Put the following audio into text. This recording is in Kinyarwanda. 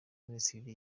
minisitiri